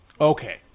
Okay